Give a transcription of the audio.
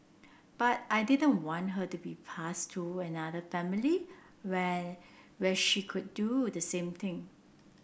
but I didn't want her to be passed to another family where where she could do the same thing